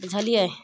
बुझलियै